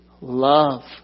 love